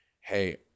hey